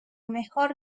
mejor